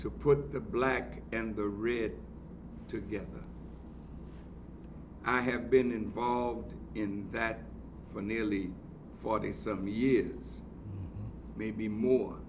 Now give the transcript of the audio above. to put the black and the real together i have been involved in that for nearly forty some years maybe more